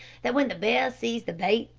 that when the bear seized the bait,